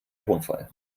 tonfall